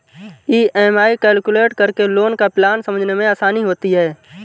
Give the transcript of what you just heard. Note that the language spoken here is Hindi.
ई.एम.आई कैलकुलेट करके लोन का प्लान समझने में आसानी होती है